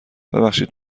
ببخشید